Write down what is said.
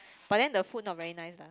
but then the food not very nice lah